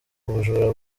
ubujura